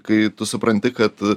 kai tu supranti kad